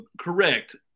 Correct